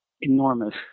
enormous